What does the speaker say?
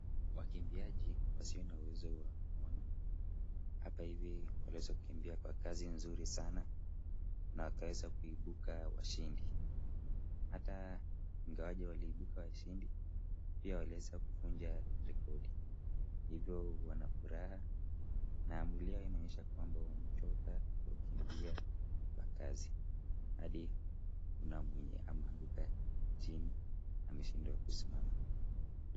Wakimbiaji wasio na uwezo wa kuona. Hapa hivi waliweza kukimbia kwa kazi nzuri sana na wakaweza kuibuka washindi. Hata ingawaje walibuka washindi pia waliweza kuvunja rekodi. Hivyo wana furaha na mwili yao inaonyesha kwamba wamechoka kwa kukimbia kwa kasi hadi kuna mmoja ameanguka chini ameshindwa kusimama.